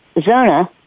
Zona